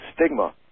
stigma